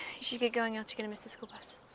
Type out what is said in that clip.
should get going else you're gonna miss the school bus.